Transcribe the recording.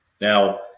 Now